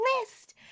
list